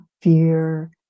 fear